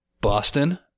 Boston